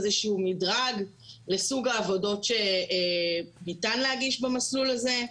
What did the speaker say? איזה שהוא מדרג לסוג העבודות שניתן להגיש במסלול הזה.